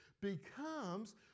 becomes